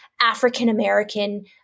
African-American